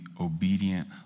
obedient